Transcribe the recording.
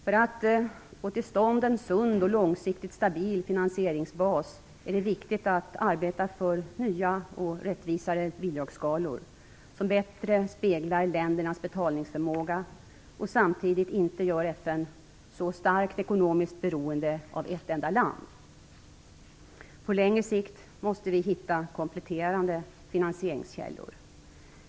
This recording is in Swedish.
För att få till stånd en sund och långsiktigt stabil finansieringsbas är det viktigt att arbeta för nya och rättvisare bidragsskalor som bättre speglar ländernas betalningsförmåga och samtidigt inte gör FN så starkt ekonomiskt beroende av ett enda land. På längre sikt måste vi hitta kompletterande finansieringskällor.